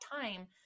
time